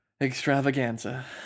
extravaganza